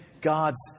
God's